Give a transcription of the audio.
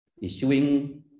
issuing